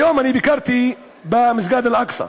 היום ביקרתי במסגד אל-אקצא.